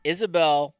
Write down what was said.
Isabel